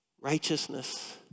Righteousness